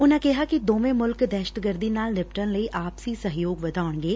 ਉਨੂਂ ਕਿਹਾ ਕਿ ਦੋਵੇਂ ਮੁਲਕ ਦਹਿਸ਼ਤਗਰਦੀ ਨਾਲ ਨਿਪਟਣ ਲਈ ਆਪਸੀ ਸਹਿਯੋਗ ਵਧਉਣਗੇ